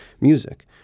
music